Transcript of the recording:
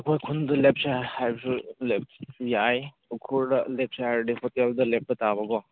ꯑꯩꯈꯣꯏ ꯈꯨꯟꯗ ꯂꯦꯞꯁꯦ ꯍꯥꯏꯕꯁꯨ ꯂꯦꯞꯄ ꯌꯥꯏ ꯎꯈ꯭ꯔꯨꯜꯗ ꯂꯦꯞꯁꯦ ꯍꯥꯏꯔꯗꯤ ꯍꯣꯇꯦꯜꯗ ꯂꯦꯞꯄ ꯇꯥꯕꯀꯣ